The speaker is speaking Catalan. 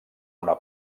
una